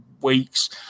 weeks